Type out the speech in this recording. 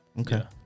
okay